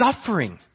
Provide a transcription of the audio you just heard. suffering